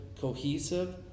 cohesive